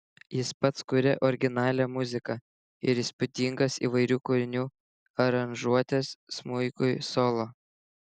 jis pats kuria originalią muziką ir įspūdingas įvairių kūrinių aranžuotes smuikui solo